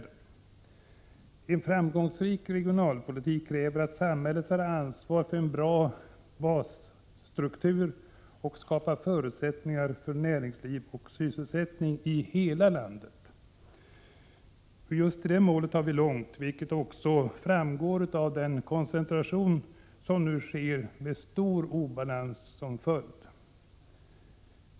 En framgångsrik regionalpolitik kräver att samhället tar ansvar för en bra basstruktur och skapar förutsättningar för näringsliv och sysselsättning i hela landet. Till det målet har vi långt, vilket också framgår av den koncentration som nu sker med stor obalans som följd.